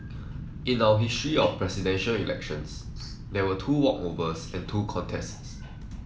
in our history of Presidential Elections there were two walkovers and two contests